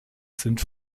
sind